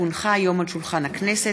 כי הונחה היום על שולחן הכנסת,